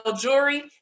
jewelry